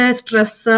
stress